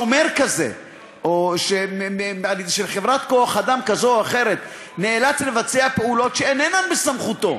ששומר של חברת כוח-אדם כזאת או אחרת נאלץ לבצע פעולות שאינן בסמכותו.